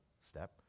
step